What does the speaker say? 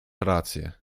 rację